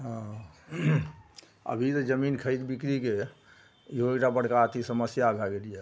हँ अभी तऽ जमीन खरिद बिक्रीके इहो एकटा बड़का अथी समस्या भए गेल यऽ